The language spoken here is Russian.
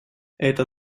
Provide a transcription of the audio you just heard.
это